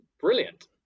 brilliant